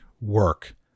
work